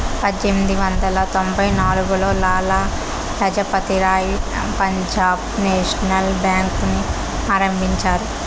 పజ్జేనిమిది వందల తొంభై నాల్గులో లాల లజపతి రాయ్ పంజాబ్ నేషనల్ బేంకుని ఆరంభించారు